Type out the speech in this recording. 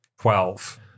Twelve